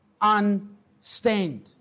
unstained